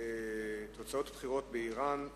תוצאות הבחירות באירן,